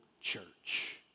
church